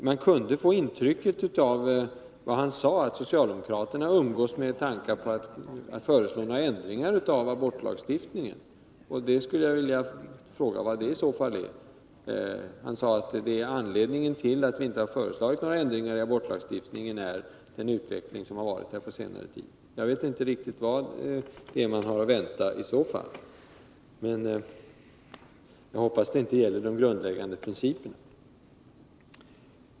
Man kunde få intrycket av vad han sade att socialdemokraterna umgås med tankar att föreslå ändringar i abortlagstiftningen. Jag skulle vilja fråga vad det i så fall Evert Svensson sade att anledningen till att socialdemokraterna inte har föreslagit några ändringar i abortlagstiftningen är den utveckling som varit på senare tid. Jag vet inte riktigt vad det är man har att vänta, men jag hoppas att det inte gäller de grundläggande principerna.